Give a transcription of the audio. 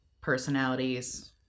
personalities